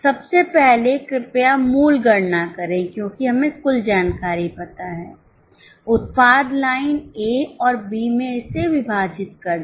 सबसे पहले कृपया मूल गणना करें क्योंकि हमें कुल जानकारी पता है उत्पाद लाइन ए और बी में इसे विभाजित कर दे